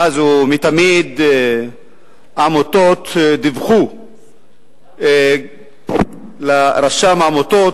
מאז ומתמיד עמותות דיווחו לרשם העמותות,